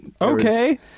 Okay